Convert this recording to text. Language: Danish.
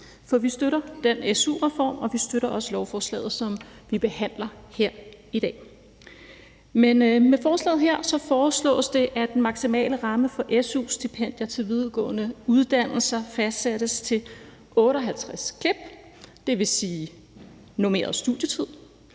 For vi støtter den su-reform, og vi støtter også lovforslaget, som vi behandler her i dag. Med forslaget her foreslås det, at den maksimale ramme for su-stipendier til videregående uddannelser fastsættes til 58 klip, dvs. normeret studietid.